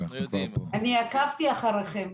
אני עקבתי אחריכם,